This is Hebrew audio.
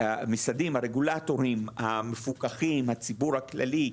המשרדים, הרגולטורים, המפוקחים, הציבור הכללי,